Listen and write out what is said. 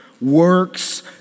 works